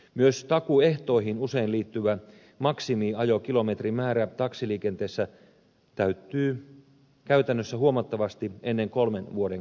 myös takuuehtoihin usein liittyvä maksimiajokilometrimäärä taksiliikenteessä täyttyy käytännössä huomattavasti ennen kolmen vuoden käyttöä